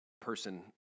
person